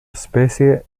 especie